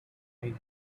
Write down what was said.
made